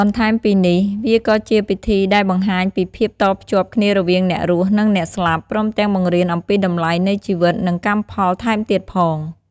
បន្ថែមពីនេះ វាក៏ជាពិធីដែលបង្ហាញពីភាពតភ្ជាប់គ្នារវាងអ្នករស់ និងអ្នកស្លាប់ ព្រមទាំងបង្រៀនអំពីតម្លៃនៃជីវិត និងកម្មផលថែមទៀតផង។